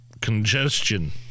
congestion